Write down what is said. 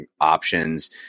options